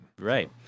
Right